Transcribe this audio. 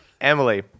Emily